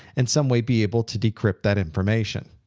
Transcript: and some way be able to decrypt that information.